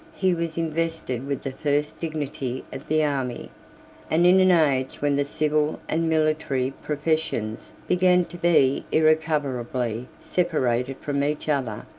he was invested with the first dignity of the army and in an age when the civil and military professions began to be irrecoverably separated from each other,